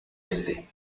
este